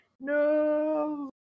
no